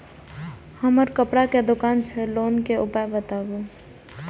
हमर कपड़ा के दुकान छै लोन के उपाय बताबू?